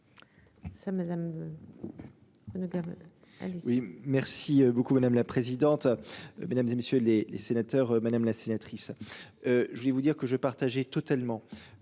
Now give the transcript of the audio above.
merci beaucoup madame la présidente. Mesdames, et messieurs les sénateurs, madame la sénatrice.